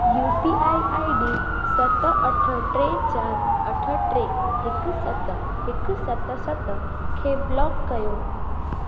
U P I I D सत अठ टे चार अठ टे हिकु सत हिकु सत सत सत खे ब्लॉक कर्यो